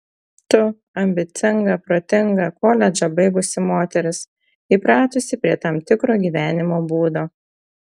tu ambicinga protinga koledžą baigusi moteris įpratusi prie tam tikro gyvenimo būdo